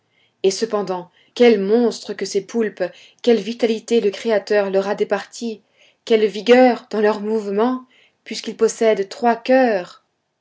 et cependant quels monstres que ces poulpes quelle vitalité le créateur leur a départie quelle vigueur dans leurs mouvements puisqu'ils possèdent trois coeurs